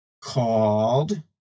called